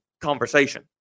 conversation